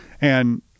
And-